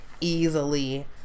easily